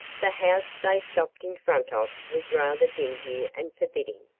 the house they stopped in front of was rather dingy and forbidding.